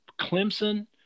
Clemson